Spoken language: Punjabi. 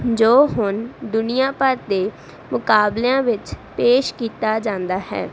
ਜੋ ਹੁਣ ਦੁਨੀਆਂ ਭਰ ਦੇ ਮੁਕਾਬਲਿਆਂ ਵਿੱਚ ਪੇਸ਼ ਕੀਤਾ ਜਾਂਦਾ ਹੈ